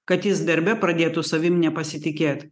kad jis darbe pradėtų savim nepasitikėt